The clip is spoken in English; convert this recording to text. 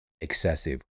excessive